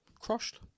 crushed